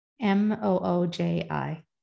m-o-o-j-i